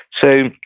so,